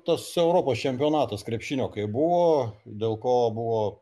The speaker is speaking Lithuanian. tas europos čempionatas krepšinio kai buvo dėl ko buvo